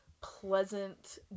pleasant